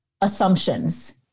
assumptions